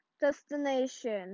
destination